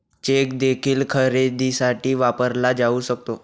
check देखील खरेदीसाठी वापरला जाऊ शकतो